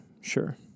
Sure